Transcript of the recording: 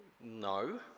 No